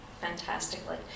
fantastically